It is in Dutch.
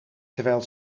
terwijl